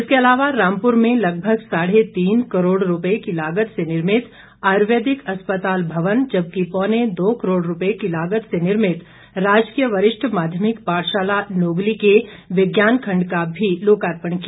इसके अलावा रामपूर में लगभग साढ़े तीन करोड़ रुपए की लागत से निर्मित आयुर्वेदिक अस्पताल भवन जबकि पौने दो करोड़ रुपए की लागत से निर्मित राजकीय वरिष्ठ माध्यमिक पाठशाला नोगली के विज्ञान खंड का भी लोकार्पण किया